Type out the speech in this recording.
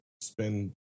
spend